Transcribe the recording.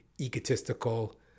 egotistical